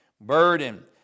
burden